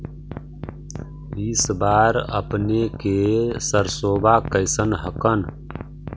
इस बार अपने के सरसोबा कैसन हकन?